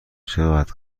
چقدر